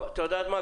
את יודעת מה?